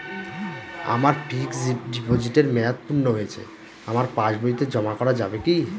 আমার ফিক্সট ডিপোজিটের মেয়াদ পূর্ণ হয়েছে আমার পাস বইতে জমা করা যাবে কি?